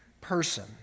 person